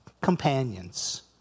companions